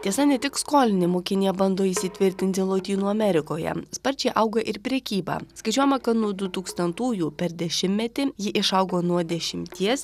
tiesa ne tik skolinimu kinija bando įsitvirtinti lotynų amerikoje sparčiai auga ir prekyba skaičiuojama kad nuo dutūkstantųjų per dešimtmetį ji išaugo nuo dešimties